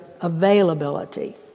availability